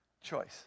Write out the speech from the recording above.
Choice